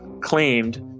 claimed